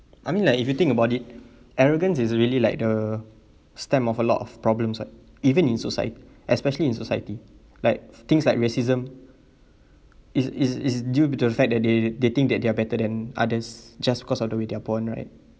I mean like if you think about it arrogance is really like the stem of a lot of problems like even in socie~ especially in society like things like racism is is is due to the fact that they they think that they are better than others just because of the way they're born right